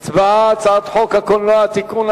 על הצעת חוק הקולנוע (תיקון,